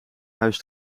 huis